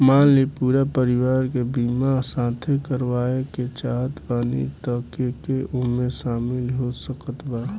मान ली पूरा परिवार के बीमाँ साथे करवाए के चाहत बानी त के के ओमे शामिल हो सकत बा?